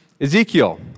Ezekiel